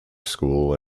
school